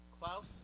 Klaus